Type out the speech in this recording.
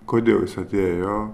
kodėl jis atėjo